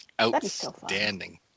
outstanding